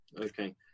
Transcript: Okay